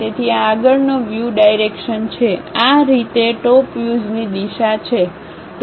તેથી આ આગળ નો વ્યૂ ડાયરેક્શન છે આ આ રીતે ટોપવ્યુઝ ની દિશા છે